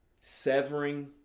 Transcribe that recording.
severing